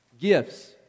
Gifts